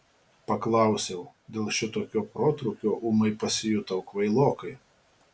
paklausiau dėl šitokio protrūkio ūmai pasijutau kvailokai